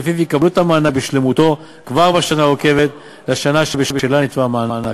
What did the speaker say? שלפיו יקבלו את המענק בשלמותו כבר בשנה העוקבת לשנה שבשלה נתבע המענק.